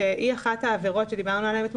היא אחת העבירות עליהן דיברנו אתמול